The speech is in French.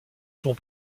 sont